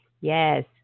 yes